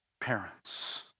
Parents